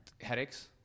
Headaches